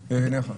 בעיניך?